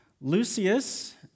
Lucius